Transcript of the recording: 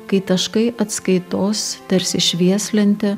kai taškai atskaitos tarsi švieslentė